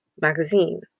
magazine